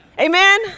amen